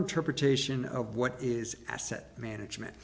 interpretation of what is asset management